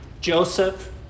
Joseph